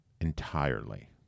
entirely